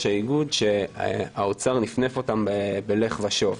האיגוד שהאוצר נפנף אותם ב"לך ושוב".